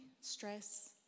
stress